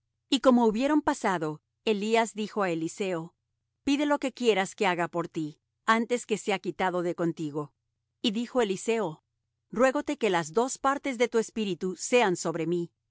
y como hubieron pasado elías dijo á eliseo pide lo que quieres que haga por ti antes que sea quitado de contigo y dijo eliseo ruégote que las dos partes de tu espíritu sean sobre mí